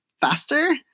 faster